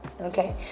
Okay